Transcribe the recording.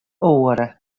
oare